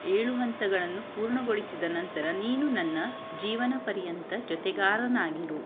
ಏಳು ಹಂತಗಳನ್ನು ಪೂರ್ಣಗೊಳಿಸಿದ ನಂತರ ನೀನು ನನ್ನ ಜೀವನ ಪರ್ಯಂತ ಜೊತೆಗಾರನಾಗಿರು